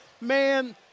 Man